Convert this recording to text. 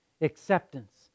acceptance